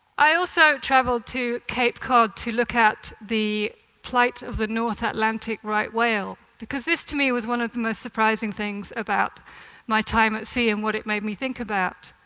i also traveled to cape cod to look at the plight of the north atlantic right whale, because this to me was one of the most surprising things about my time at sea, and what it made me think about.